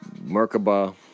Merkaba